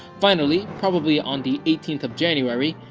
finally, probably on the eighteenth of january,